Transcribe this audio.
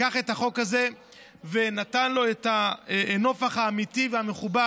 לקח את החוק הזה ונתן לו את הנופך האמיתי והמכובד